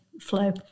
flow